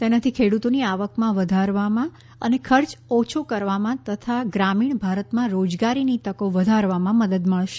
તેનાથી ખેડુતોની આવક વધારવામાં અને ખર્ચ ઓછો કરવામાં તથા ગ્રામીણ ભારતમાં રોજગારીની તકો વધારવામાં મદદ મળશે